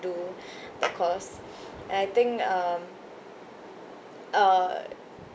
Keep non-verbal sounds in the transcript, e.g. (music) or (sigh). do (breath) the course and I think um uh